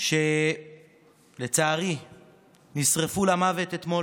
לצערי נשרפו למוות אתמול.